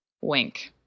Wink